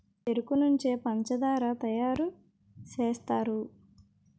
చెరుకు నుంచే పంచదార తయారు సేస్తారు